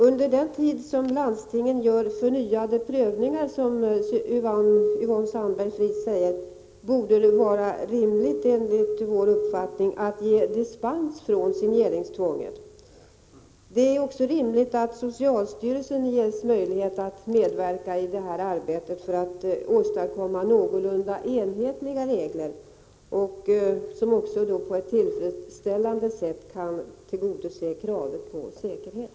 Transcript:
Under den tid då landstinget gör förnyade prövningar, som Yvonne Sandberg-Fries nämnde, vore det enligt vår uppfattning rimligt om man kunde ge dispens från signeringstvånget. Det är också rimligt att socialstyrelsen ges möjlighet att medverka i arbetet för att åstadkomma någorlunda enhetliga regler, som på ett tillfredsställande sätt kan tillgodose kravet på säkerhet.